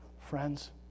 Friends